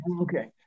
Okay